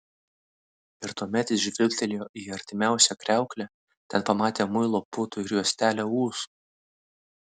ir tuomet jis žvilgtelėjo į artimiausią kriauklę ten pamatė muilo putų ir juostelę ūsų